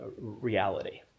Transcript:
reality